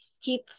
keep